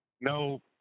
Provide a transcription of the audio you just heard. no